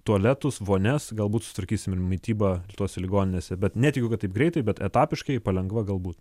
tualetus vonias galbūt susitvarkysim ir mitybą tose ligoninėse bet netikiu kad taip greitai bet etapiškai palengva galbūt